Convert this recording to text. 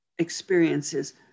experiences